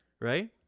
right